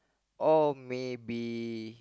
all may be